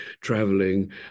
traveling